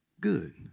good